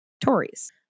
Tories